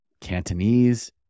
Cantonese